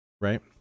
right